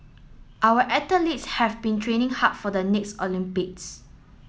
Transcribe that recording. our athletes have been training hard for the next Olympics